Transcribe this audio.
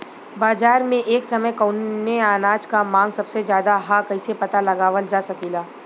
बाजार में एक समय कवने अनाज क मांग सबसे ज्यादा ह कइसे पता लगावल जा सकेला?